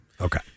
Okay